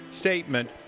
statement